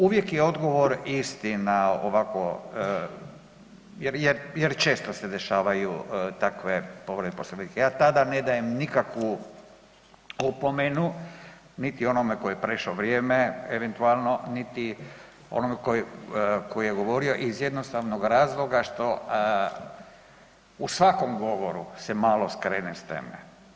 Uvijek je odgovor isto na ovakvo jer često se dešavaju takve povrede Poslovnika, ja tada ne daju nikakvu opomenu niti onome ko je prešao vrijeme eventualno, niti onome koji je govorio iz jednostavnog razloga što u svakom govoru se malo skrene s teme.